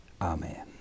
Amen